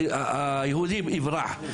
כדי שהיהודי יברח.